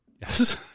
Yes